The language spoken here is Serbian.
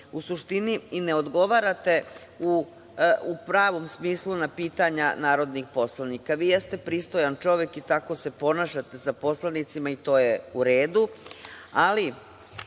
u suštini i ne odgovarate u pravom smislu na pitanja narodnih poslanika. Vi jeste pristojan čovek i tako se ponašate sa poslanicima i to je u redu,